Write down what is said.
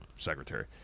Secretary